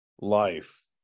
life